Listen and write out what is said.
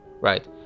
right